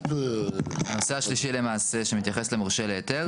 הנושא השלישי למעשה שמתייחס למורשה להיתר